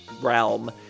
realm